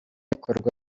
ikorwa